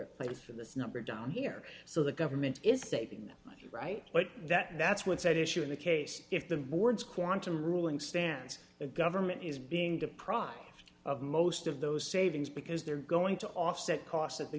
here place for this number down here so the government is taking that right but that that's what's at issue in the case if the board's quantum ruling stands the government is being deprived of most of those savings because they're going to offset costs that the